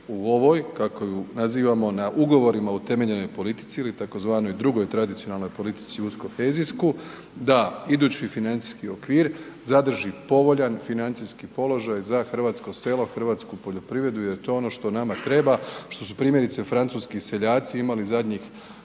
u ovoj kako ju nazivamo na ugovorima utemeljenoj politici ili tzv. drugoj tradicionalnoj politici uz kohezijsku da idući financijski okvir zadrži povoljan financijski položaj za hrvatsko selo, hrvatsku poljoprivredu jer to je ono što nama treba što su primjerice francuski seljaci imali zadnjih